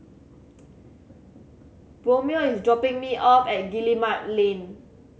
Romeo is dropping me off at Guillemard Lane